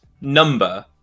number